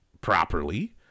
properly